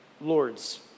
lords